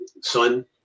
son